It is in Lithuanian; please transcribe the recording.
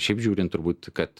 šiaip žiūrin turbūt kad